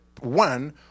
one